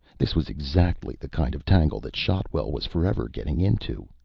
this was exactly the kind of tangle that shotwell was forever getting into.